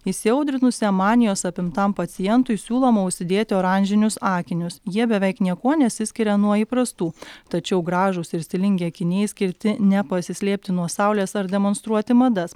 įsiaudrinusiam manijos apimtam pacientui siūloma užsidėti oranžinius akinius jie beveik niekuo nesiskiria nuo įprastų tačiau gražūs ir stilingi akiniai skirti ne pasislėpti nuo saulės ar demonstruoti madas